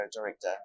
director